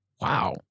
Wow